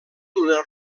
una